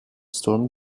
storm